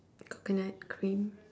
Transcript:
coconut cream